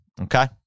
okay